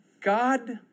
God